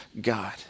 God